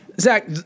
Zach